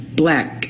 black